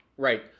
right